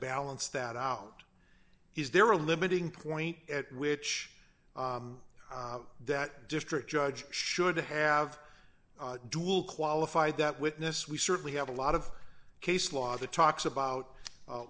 balance that out is there a limiting point at which that district judge should have dual qualified that witness we certainly have a lot of case law the talks about